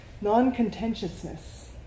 Non-contentiousness